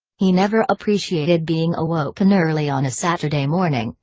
he never appreciated being awoken early on a saturday morning,